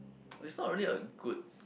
it's not really a good